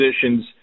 positions